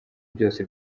byose